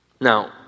Now